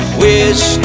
wish